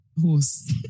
horse